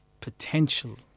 potential